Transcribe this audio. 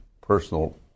personal